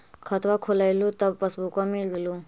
खतवा खोलैलहो तव पसबुकवा मिल गेलो?